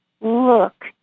look